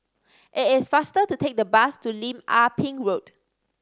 it is faster to take the bus to Lim Ah Pin Road